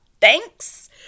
Thanks